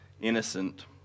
innocent